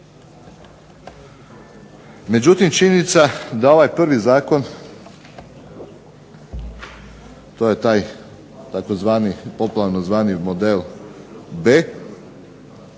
međutim činjenica da ovaj prvi zakon, to je taj tzv. popularno zvani model B,